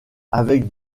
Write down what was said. avec